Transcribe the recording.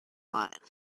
lot